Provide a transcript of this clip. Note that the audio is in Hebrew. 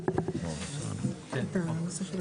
גם השב"נים,